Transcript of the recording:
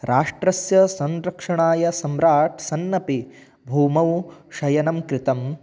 राष्ट्रस्य संरक्षणाय सम्राट् सन्नपि भूमौ शयनं कृतम्